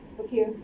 Okay